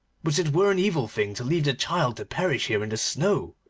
but it were an evil thing to leave the child to perish here in the snow,